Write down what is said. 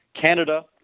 Canada